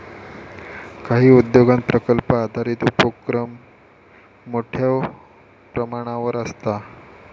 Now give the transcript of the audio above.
काही उद्योगांत प्रकल्प आधारित उपोक्रम मोठ्यो प्रमाणावर आसता